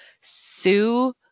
sue